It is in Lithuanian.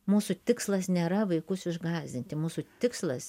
mūsų tikslas nėra vaikus išgąsdinti mūsų tikslas